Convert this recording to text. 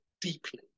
deeply